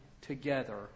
together